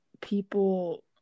people